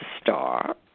star